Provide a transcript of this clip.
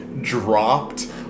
dropped